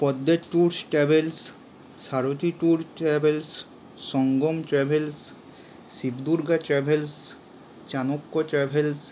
পদ্মে tours travels Sarathi tour travels Sangam travels Shiva Durga travels Chanakya travels